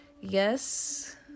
yes